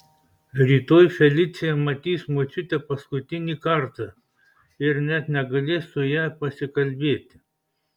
rytoj felicija matys močiutę paskutinį kartą ir net negalės su ja pasikalbėti